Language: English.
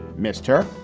mr.